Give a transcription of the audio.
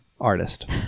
artist